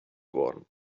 worden